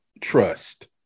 trust